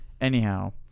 Anyhow